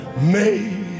made